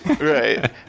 Right